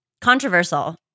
controversial